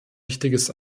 wichtiges